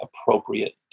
appropriate